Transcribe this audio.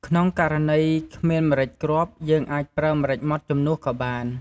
ក្នុងករណី គ្មានម្រេចគ្រាប់ យើងអាចប្រើម្រេចម៉ដ្ឋជំនួសក៏បាន។